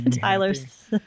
Tyler's